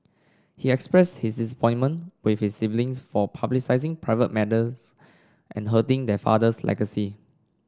he expressed his disappointment with his siblings for publicising private matters and hurting their father's legacy